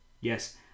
Yes